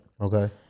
Okay